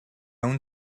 own